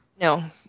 No